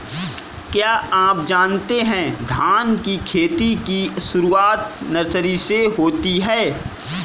क्या आप जानते है धान की खेती की शुरुआत नर्सरी से होती है?